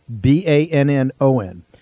B-A-N-N-O-N